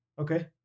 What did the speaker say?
Okay